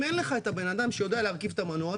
אם אין לך את הבן אדם שיודע להרכיב את המנוע,